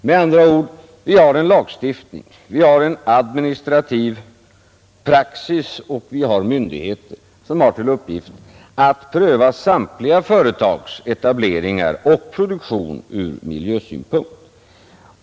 Med andra ord: Vi har en lagstiftning, vi har en administrativ praxis och vi har myndigheter som har till uppgift att pröva samtliga företags etableringar och produktion ur miljösynpunkt.